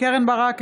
קרן ברק,